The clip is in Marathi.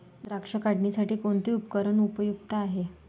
द्राक्ष काढणीसाठी कोणते उपकरण उपयुक्त आहे?